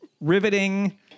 riveting